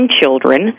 children